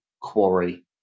quarry